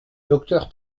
docteur